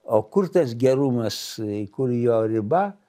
o kur tas gerumas kur jo riba